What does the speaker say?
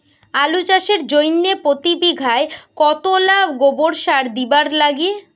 আলু চাষের জইন্যে প্রতি বিঘায় কতোলা গোবর সার দিবার লাগে?